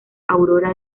aurora